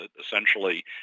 essentially